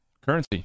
currency